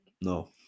No